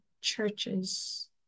churches